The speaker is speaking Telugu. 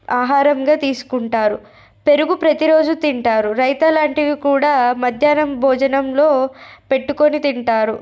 ఆహారంగా తీసుకుంటారు పెరుగు ప్రతిరోజు తింటారు రైత లాంటివి కూడా మధ్యాహ్నం భోజనంలో పెట్టుకొని తింటారు